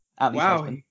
Wow